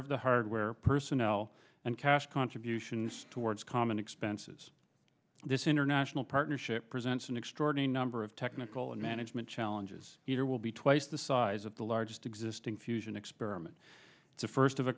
of the hardware personnel and cash contributions towards common expenses this international partnership presents an extraordinary number of technical and management challenges either will be twice the size of the largest existing fusion experiment it's a first of a